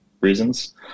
reasons